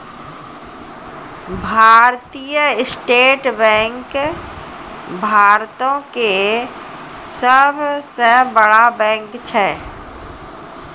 भारतीय state bank भारतो के सभ से बड़ा बैंक छै